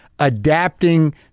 Adapting